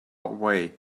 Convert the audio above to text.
away